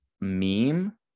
meme